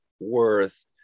worth